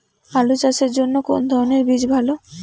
আলু চাষের জন্য কোন ধরণের বীজ ভালো?